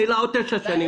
יהיו לה עוד תשע שנים,